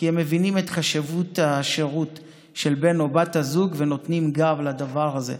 כי הם מבינים את חשיבות השירות של בן או בת הזוג ונותנים גב לדבר הזה.